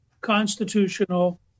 constitutional